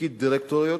לתפקיד דירקטוריות